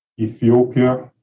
Ethiopia